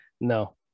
No